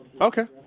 Okay